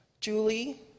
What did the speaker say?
Julie